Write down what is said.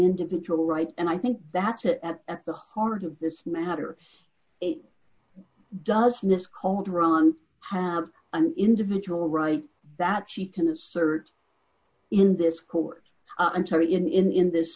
individual right and i think that's it at the heart of this matter doesn't this calderon have an individual right that she can assert in this court i'm sorry in in this